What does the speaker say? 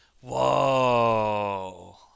Whoa